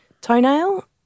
toenail